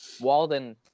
Walden